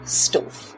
stove